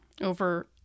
over